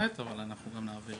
יש באינטרנט, אבל אנחנו גם נעביר.